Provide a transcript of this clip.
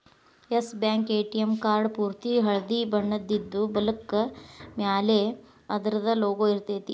S Bank ATM card ಪೂರ್ತಿ ಹಳ್ದಿ ಬಣ್ಣದಿದ್ದು, ಬಲಕ್ಕ ಮ್ಯಾಲೆ ಅದರ್ದ್ ಲೊಗೊ ಇರ್ತೆತಿ